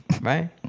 right